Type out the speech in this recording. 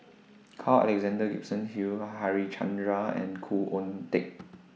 Carl Alexander Gibson Hill Harichandra and Khoo Oon Teik